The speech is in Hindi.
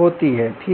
होती है ठीक